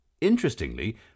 Interestingly